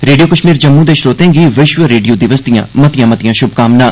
radio Kashmir Jammu दे श्रोतें गी विश्व रेडियो दिवस दिआं मतिआं मतिआं श्भकामनां